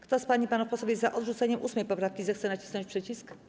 Kto z pań i panów posłów jest za odrzuceniem 8. poprawki, zechce nacisnąć przycisk.